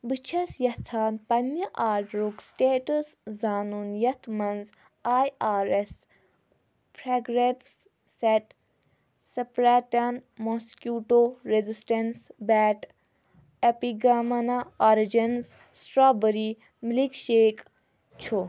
بہٕ چھس یژھان پننہِ آرڈرُک سٹیٹس زانُن یتھ مَنٛز I R S fragrance set Spartan mosquito resistance bat تہٕ Epigamia origins strawberry milk shake چھُ